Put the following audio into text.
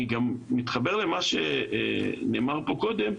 אני מתחבר למה שנאמר פה קודם,